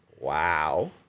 Wow